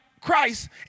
Christ